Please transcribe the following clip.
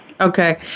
Okay